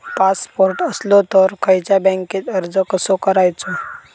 Passport असलो तर खयच्या बँकेत अर्ज कसो करायचो?